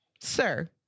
sir